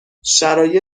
شرایط